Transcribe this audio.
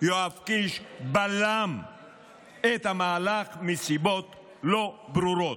יואב קיש בלם את המהלך מסיבות לא ברורות.